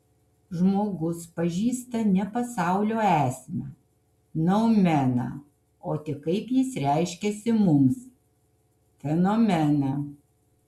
žmogus pažįsta ne pasaulio esmę noumeną o tik kaip jis reiškiasi mums fenomeną